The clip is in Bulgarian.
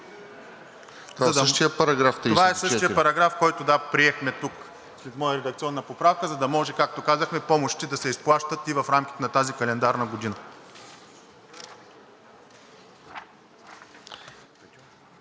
Това е същият параграф, който приехме тук след моя редакционна поправка, за да може, както казахме, помощите да се изплащат и в рамките на тази календарна година.